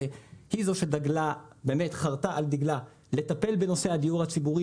זו שחרטה על דגלה לטפל בנושא הדיור הציבורי